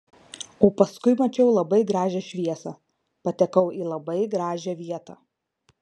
o paskui mačiau labai gražią šviesą patekau į labai gražią vietą